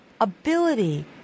ability